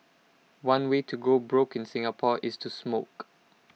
one way to go broke in Singapore is to smoke